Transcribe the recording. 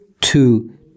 two